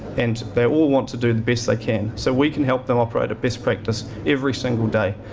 and they all want to do the best they can. so we can help them operate at best practice every single day.